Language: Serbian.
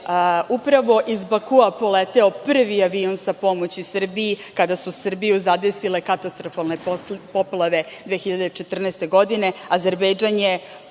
upravo iz Bakua poleteo prvi avion sa pomoći Srbiji kada su Srbiju zadesile katastrofalne poplave 2014. godine.